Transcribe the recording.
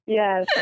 yes